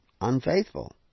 unfaithful